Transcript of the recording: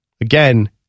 again